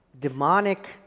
demonic